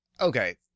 okay